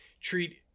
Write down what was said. treat